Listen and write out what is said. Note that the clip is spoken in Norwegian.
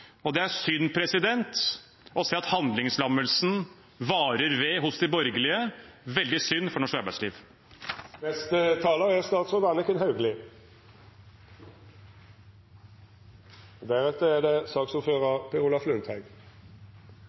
Det er synd å se at handlingslammelsen varer ved hos de borgerlige. Det er veldig synd for norsk arbeidsliv.